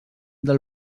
del